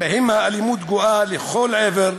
שבהם האלימות גואה לכל עבר,